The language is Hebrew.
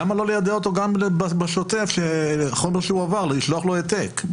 למה לא ליידע גם אותו בשוטף לגבי חומר שהועבר ולשלוח לו העתק?